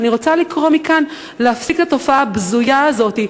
ואני רוצה לקרוא מכאן להפסיק את התופעה הבזויה הזאת,